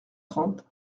trente